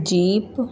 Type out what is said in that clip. jeep